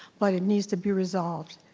but it needs to be resolved.